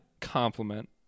compliment